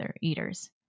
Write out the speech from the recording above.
Eaters